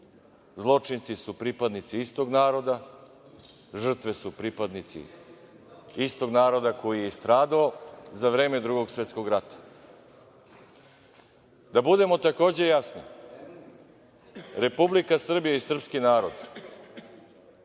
zločinci su pripadnici istog naroda, žrtve su pripadnici istog naroda koji je i stradao za vreme Drugog svetskog rata. Da budemo takođe jasni, Republika Srbija i srpski narod